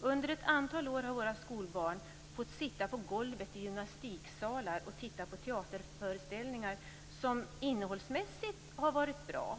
Under ett antal år har våra skolbarn fått sitta på golvet i gymnastiksalar och titta på teaterföreställningar som innehållsmässigt har varit bra.